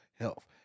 health